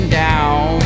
down